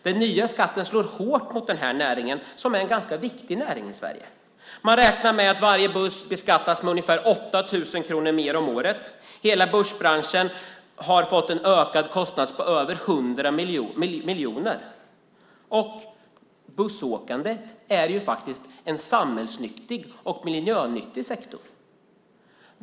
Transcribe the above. Den nya skatten slår hårt mot den näringen som är en ganska viktig näring i Sverige. Man räknar med att varje buss beskattas med ungefär 8 000 kronor mer om året. Hela bussbranschen har fått en ökad kostnad på över 100 miljoner. Bussåkandet är faktiskt en samhällsnyttig och miljönyttig sektor.